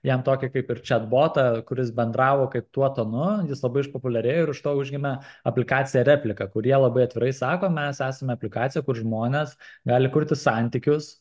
jam tokį kaip ir čiatbotą kuris bendravo kaip tuo tonu jis labai išpopuliarėjo ir už to užgimė aplikacija replika kur jie labai atvirai sako mes esame aplikacija kur žmonės gali kurti santykius